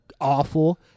awful